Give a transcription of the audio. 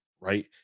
Right